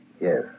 Yes